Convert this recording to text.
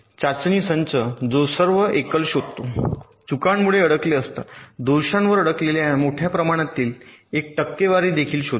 चाचणी संच जो सर्व एकल शोधतो चुकांमुळे अडकले असता दोषांवर अडकलेल्या मोठ्या प्रमाणातील एक टक्केवारी देखील शोधेल